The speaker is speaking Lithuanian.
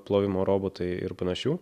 plovimo robotai ir panašių